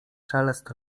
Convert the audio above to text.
szelest